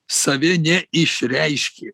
save ne išreiškė